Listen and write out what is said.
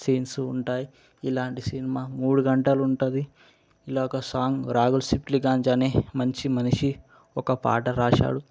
scenes ఉంటాయి ఇలాంటి సినిమా మూడు గంటలు ఉంటుంది ఈ లోగా సాంగ్ రాహుల్ సిప్లి గంజ్ అని మంచి మనిషి ఒక పాట రాసాడు